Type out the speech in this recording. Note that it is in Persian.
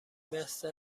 مثل